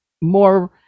more